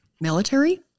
military